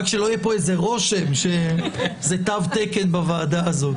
שלא יהיה פה רושם שזה תו תקן בוועדה הזאת.